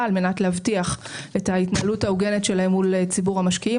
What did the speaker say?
על מנת להבטיח את ההתנהלות ההוגנת שלהם מול ציבור המשקיעים.